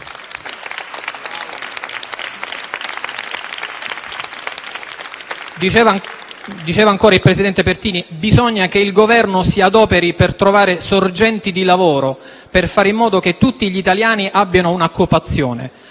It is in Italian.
Diceva ancora il presidente Pertini: «Bisogna che il Governo si adoperi per trovare sorgenti di lavoro, per fare in modo che tutti gli italiani abbiano una occupazione.